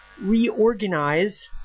reorganize